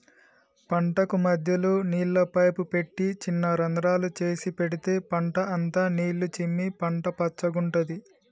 పంటకు మధ్యలో నీళ్ల పైపు పెట్టి చిన్న రంద్రాలు చేసి పెడితే పంట అంత నీళ్లు చిమ్మి పంట పచ్చగుంటది